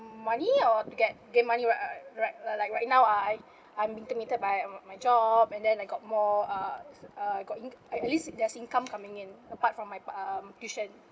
money or get get money right right like right now I I'm intermittent by my job and then I got more uh uh got in at least there's income coming in apart from my pa~ uh tuition